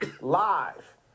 live